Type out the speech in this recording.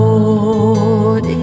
Lord